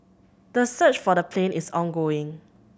the search for the plane is ongoing